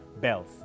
Bells